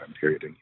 period